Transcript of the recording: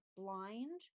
blind